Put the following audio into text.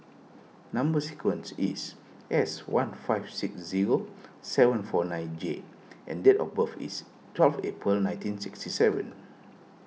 Number Sequence is S one five six zero seven four nine J and date of birth is twelve April nineteen sixty seven